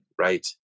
right